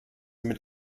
mit